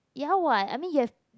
ya what I mean you have